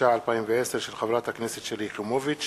התש"ע 2010, של חברת הכנסת שלי יחימוביץ.